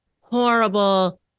horrible